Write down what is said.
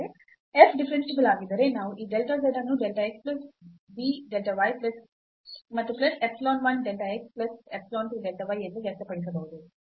f differentiable ಆಗಿದ್ದರೆ ನಾವು ಈ delta z ಅನ್ನು delta x plus b delta y ಮತ್ತು plus epsilon 1 delta x plus epsilon 2 delta y ಎಂದು ವ್ಯಕ್ತಪಡಿಸಬಹುದು